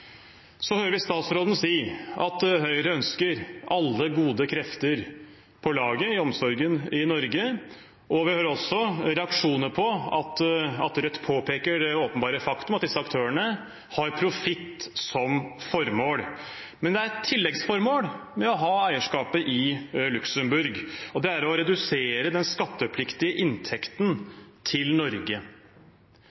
Så hører vi statsråden si at Høyre ønsker alle gode krefter med på laget i omsorgen i Norge. Vi hører også reaksjonene når Rødt påpeker det åpenbare faktum at disse aktørene har profitt som formål. Men det er et tilleggsformål med å ha eierskapet i Luxembourg. Det er å redusere den skattepliktige inntekten